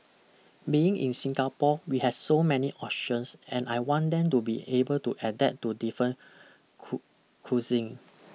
being in Singapore we has so many options and I want them to be able to adapt to different cool cuisine